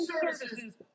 services